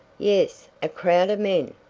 yes. a crowd of men!